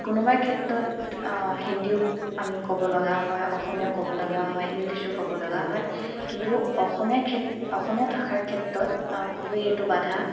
কোনোবা ক্ষেত্ৰত হিন্দীও আমি ক'বলগা হয় অসমীয়াও ক'বলগা হয় ইংলিছো ক'বলগা হয় কিন্তু অসমীয়া ক্ষেতত অসমীয়া ভাষাৰ ক্ষেত্ৰত খুবেই এইটো বাধা